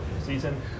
season